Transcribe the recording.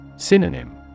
Synonym